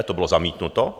To bylo zamítnuto.